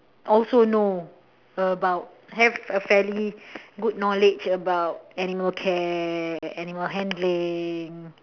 also know about have a fairly good knowledge about animal care animal handling